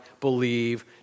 believe